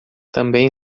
também